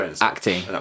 acting